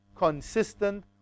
consistent